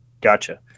Gotcha